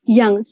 yang